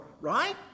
right